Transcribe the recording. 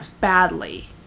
badly